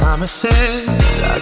Promises